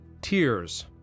tears